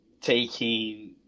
taking